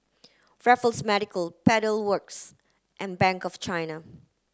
Raffles Medical Pedal Works and Bank of China